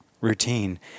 routine